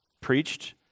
preached